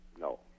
no